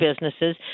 businesses